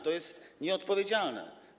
To jest nieodpowiedzialne.